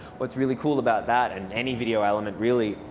what's really cool about that, and any video element really,